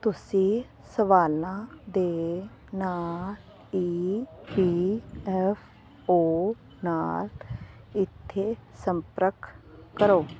ਤੁਸੀਂ ਸਵਾਲਾਂ ਦੇ ਨਾਲ ਈ ਪੀ ਐੱਫ ਓ ਨਾਲ ਇੱਥੇ ਸੰਪਰਕ ਕਰੋ